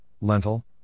lentil